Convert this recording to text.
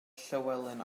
llywelyn